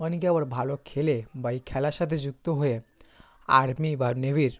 অনেকে আবার ভালো খেলে বা এই খেলার সাথে যুক্ত হয়ে আর্মি বা নেভির